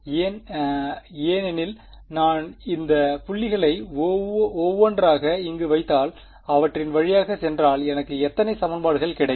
ஏன் ஏனெனில் நான் இந்த புள்ளிகளை ஒவ்வொன்றாக இங்கு வைத்தால் அவற்றின் வழியாகச் சென்றால் எனக்கு எத்தனை சமன்பாடுகள் கிடைக்கும்